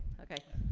okay.